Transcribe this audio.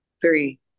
three